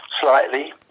slightly